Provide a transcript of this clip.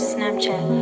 Snapchat